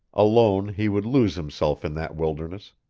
alone he would lose himself in that wilderness,